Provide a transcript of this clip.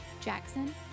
Jackson